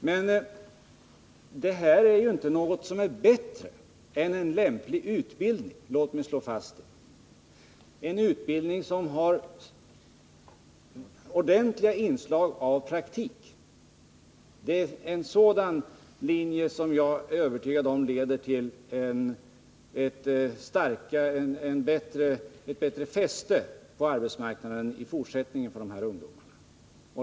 Men det här är inte något som är bättre än en lämplig utbildning som har ordentliga inslag av praktik, låt mig slå fast det. Jag är övertygad om att det är en sådan linje som leder till ett bättre fäste på arbetsmarknaden i fortsättningen för de här ungdomarna.